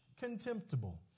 contemptible